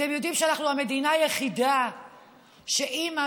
אתם יודעים שאנחנו המדינה היחידה שבה אימא